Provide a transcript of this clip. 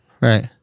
Right